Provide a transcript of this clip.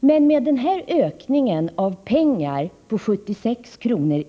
Men med denna ökning i pengar på 76 kr.